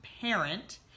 parent